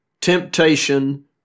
temptation